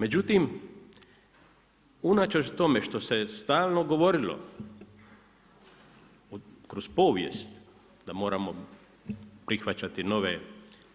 Međutim, unatoč tome što se stalno govorilo kroz povijest da moramo prihvaćati nove